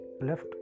left